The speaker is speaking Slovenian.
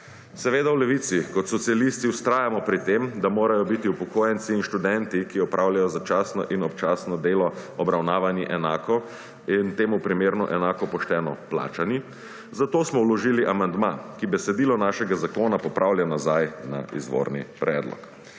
Seveda v Levici kot socialisti vztrajamo pri tem, da morajo biti upokojenci in študenti, ki opravljajo začasno in občasno delo obravnavani enako in temu primerno enako pošteno plačani, zato smo vložili amandma, ki besedilo našega zakona popravlja nazaj na izvorni predlog.